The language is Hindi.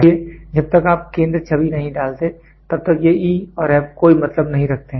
इसलिए जब तक आप केंद्र छवि नहीं डालते हैं तब तक ये E और F कोई मतलब नहीं रखते हैं